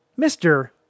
Mr